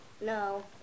No